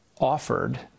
offered